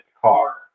car